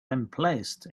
emplaced